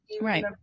Right